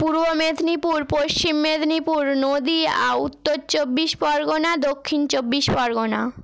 Purba Medinipur Paschim Medinipur Nadia Uttar Chabbish Pargana Dakshin Chabbish Pargana